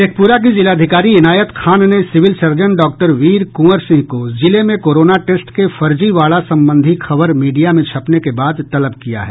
शेखपुरा की जिलाधिकारी इनायत खान ने civil surgeon doctor Veer Kunwar Singh को जिले में कोरोना टेस्ट के फर्जीवाड़ा सम्बन्धी खबर मीडिया में छपने के बाद तलब किया है